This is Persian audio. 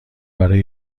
برای